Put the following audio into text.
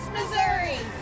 Missouri